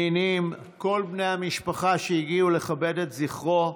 נינים, כל בני המשפחה שהגיעו לכבד את זכרו,